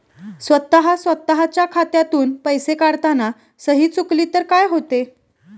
स्वतः स्वतःच्या खात्यातून पैसे काढताना सही चुकली तर काय होते?